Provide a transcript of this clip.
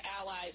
allies